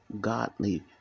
godly